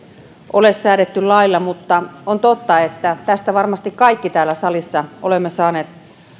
ole säädetty lailla mutta on totta että tästä varmasti kaikki täällä salissa olemme saaneet